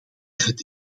het